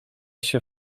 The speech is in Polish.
się